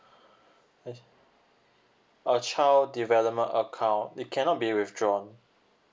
uh a child development account it cannot be withdrawn